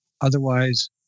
Otherwise